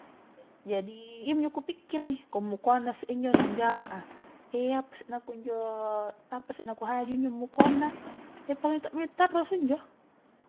Jadi, iyyaminjo ku pikkiri ku mukoang na isse injo, nangjama a, apasse nakua injo, apasse na ku haju injo mukoang na, pakunjo tokmi tarrusu injo.